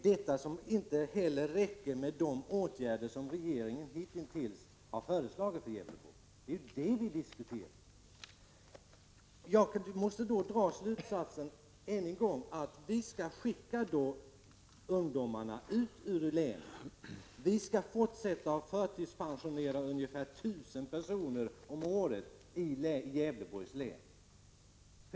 Därför räcker det inte med de åtgärder som regeringen hittills har föreslagit för Gävleborg. Det är detta vi diskuterar. Jag måste då än en gång dra slutsatsen att vi skall skicka ungdomarna ut ur länet och att vi skall fortsätta att förtidspensionera ungefär 1 000 personer om året i Gävleborgs län.